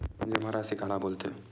जमा राशि काला बोलथे?